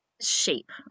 shape